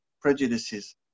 prejudices